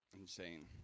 insane